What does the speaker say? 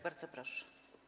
Bardzo proszę.